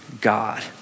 God